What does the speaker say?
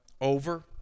over